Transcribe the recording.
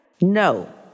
No